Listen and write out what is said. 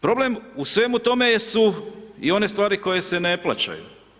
Problem u svemu tome su i one stvari koje se ne plaćaju.